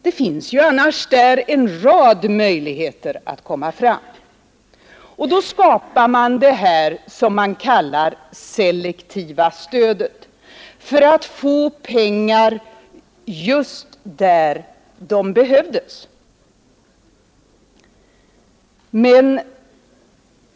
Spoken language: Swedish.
Det finns ju annars där en rad möjligheter att komma fram. Och då skapar man det här som man kallar selektiva stödet för att ge pengar just där de behövs.